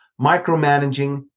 micromanaging